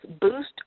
boost